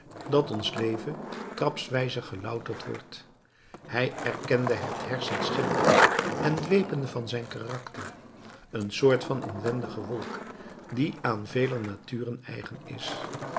dat ons leven trapswijze gelouterd wordt hij erkende het hersenschimmige en dwepende van zijn karakter een soort van inwendige wolk die aan veler natuur eigen is